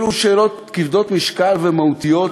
אלו שאלות כבדות משקל ומהותיות,